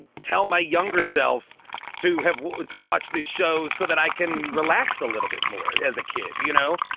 tell my younger self to have to watch this show so that i can relax a little bit more as a kid. you know,